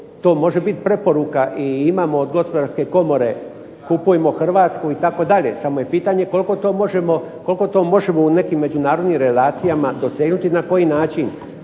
To može bit preporuka i imamo od Gospodarske komore "kupujmo hrvatsko" itd., samo je pitanje koliko to možemo u nekim međunarodnim relacijama dosegnuti i na koji način.